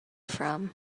from